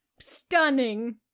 stunning